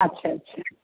अच्छा अच्छ